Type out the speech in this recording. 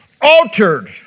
altered